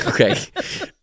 Okay